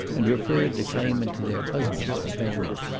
and referred the claimant to their husbands for payment.